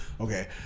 Okay